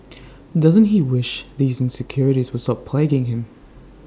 doesn't he wish these insecurities would stop plaguing him